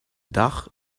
dach